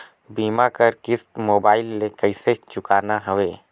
बीमा कर किस्त मोबाइल से कइसे चुकाना हवे